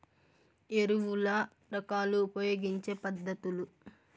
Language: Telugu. ఎరువుల రకాలు ఉపయోగించే పద్ధతులు?